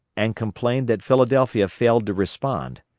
and complained that philadelphia failed to respond.